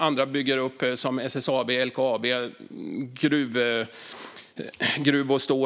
Andra, som SSAB, LKAB